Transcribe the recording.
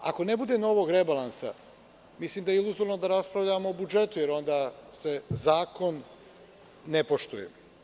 Ako ne bude novog rebalansa, mislim da je iluzorno da raspravljamo o budžetu, jer onda se zakon ne poštuje.